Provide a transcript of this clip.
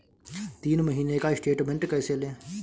तीन महीने का स्टेटमेंट कैसे लें?